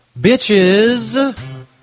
bitches